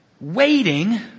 Waiting